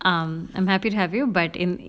um I'm happy to have you but in